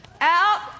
out